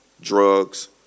drugs